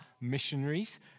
missionaries